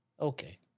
Okay